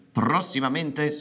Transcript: prossimamente